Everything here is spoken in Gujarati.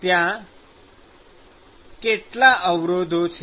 ત્યાં કેટલા અવરોધો છે